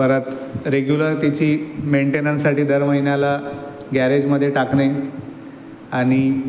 परत रेग्युलर तिची मेंटेनन्ससाठी दर महिन्याला गॅरेजमध्ये टाकणे आणि